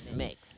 mix